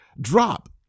Drop